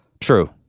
True